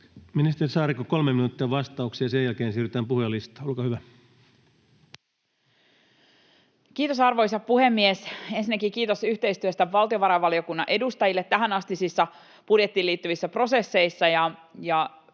Ministeri Saarikko, 3 minuuttia vastaukseen, ja sen jälkeen siirrytään puhujalistaan. Olkaa hyvä. Kiitos, arvoisa puhemies! Ensinnäkin valtiovarainvaliokunnan edustajille kiitos yhteistyöstä tähänastisissa budjettiin liittyvissä prosesseissa,